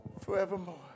forevermore